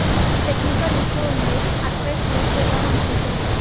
some technical issue ఉన్నాయి అట్లే close చేయాలని అనుకుంటున్నాను